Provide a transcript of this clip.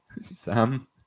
Sam